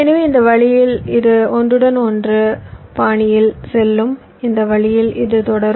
எனவே இந்த வழியில் இது ஒன்றுடன் ஒன்று பாணியில் செல்லும் இந்த வழியில் இது தொடரும்